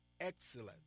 excellent